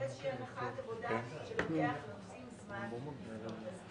באיזושהי הנחת עבודה שלוקח לנוסעים זמן לפנות.